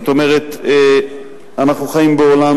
זאת אומרת, אנחנו חיים בעולם